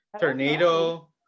Tornado